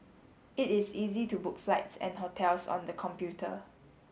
it is easy to book flights and hotels on the computer